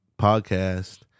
podcast